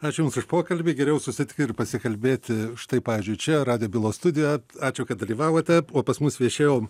ačiū jums už pokalbį geriau susitikti ir pasikalbėti štai pavyzdžiui čia radijo bylos studijoje ačiū kad dalyvavote o pas mus viešėjo